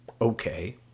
Okay